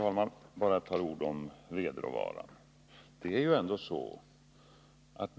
Fru talman! Låt mig bara säga ytterligare några ord om vedråvaran.